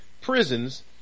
prisons